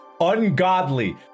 ungodly